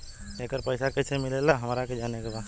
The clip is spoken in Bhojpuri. येकर पैसा कैसे मिलेला हमरा के जाने के बा?